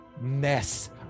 mess